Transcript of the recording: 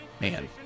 Man